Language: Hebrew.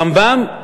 הרמב"ם,